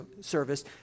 service